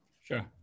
Sure